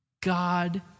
God